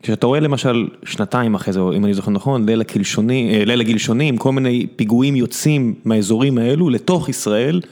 כשאתה רואה למשל שנתיים אחרי זה, אם אני זוכר נכון, לילה הקלשונים אהה ליל הגלשונים כל מיני פיגועים יוצאים מהאזורים האלו לתוך ישראל.